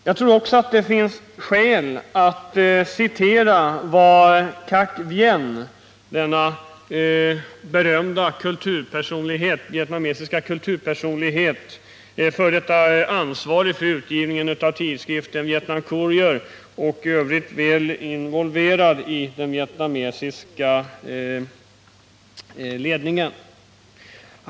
Jag tror att det finns skäl att citera Khac Vien, berömd vietnamesisk kulturpersonlighet och f. d. ansvarig för utgivningen av tidskriften Vietnam Courrier och i övrigt väl involverad i den vietnamesiska ledningen.